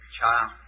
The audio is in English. child